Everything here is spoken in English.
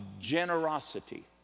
generosity